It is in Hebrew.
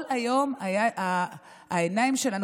כל היום העיניים שלנו,